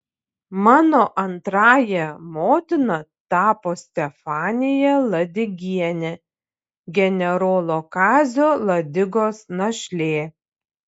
mano antrąja motina tapo stefanija ladigienė generolo kazio ladigos našlė